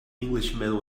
englishman